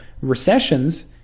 Recessions